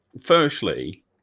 firstly